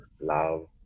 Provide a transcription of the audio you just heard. love